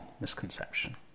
misconception